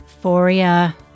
Euphoria